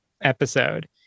episode